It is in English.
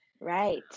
Right